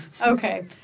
okay